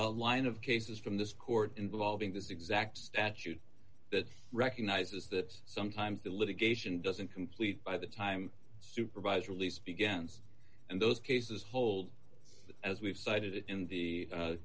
a line of cases from this court involving this exact statute that recognizes that sometimes the litigation doesn't complete by the time supervised release begins and those cases hold as we've cited in the